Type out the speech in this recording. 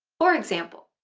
for example